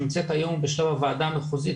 שנמצאת היום בשלב הוועדה המחוזית,